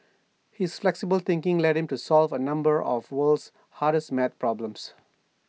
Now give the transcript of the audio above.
his flexible thinking led him to solve A number of the world's hardest math problems